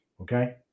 okay